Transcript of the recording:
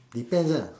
depends lah